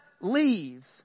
leaves